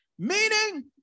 meaning